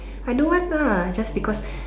I don't want lah I just because